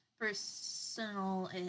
personal